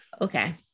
okay